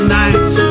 nights